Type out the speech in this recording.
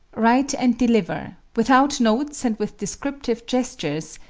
write and deliver, without notes and with descriptive gestures,